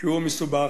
שהוא מסובך,